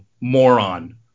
moron